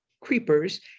creepers